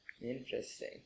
Interesting